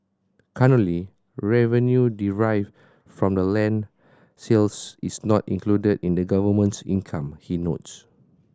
currently revenue derived from the land sales is not included in the government's income he notes